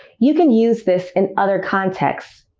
you can use this in other contexts,